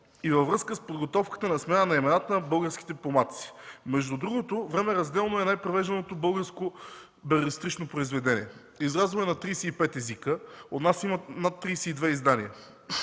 и във връзка с подготовката на смяна на имената на българските помаци. Между другото „Време разделно” е най-превежданото българско белетристично произведение. Излязло е на 35 езика, у нас има над 32 издания.